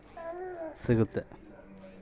ನನ್ನ ಮಗ ಬೇರೆ ದೇಶದಾಗ ಓದಲಿಕ್ಕೆ ಸಾಲ ಸಿಗುತ್ತಾ?